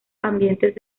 ambientes